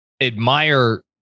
admire